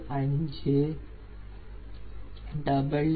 0243975 0